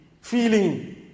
feeling